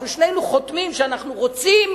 אנחנו שנינו חותמים שאנחנו רוצים